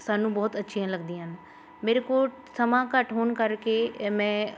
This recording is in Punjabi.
ਸਾਨੂੰ ਬਹੁਤ ਅੱਛੀਆਂ ਲੱਗਦੀਆਂ ਨੇ ਮੇਰੇ ਕੋਲ ਸਮਾਂ ਘੱਟ ਹੋਣ ਕਰਕੇ ਅ ਮੈਂ